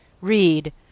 Read